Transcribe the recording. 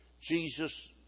Jesus